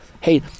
hey